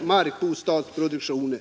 markbostäder.